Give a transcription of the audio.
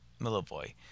Milovoy